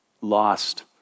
lost